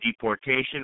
Deportation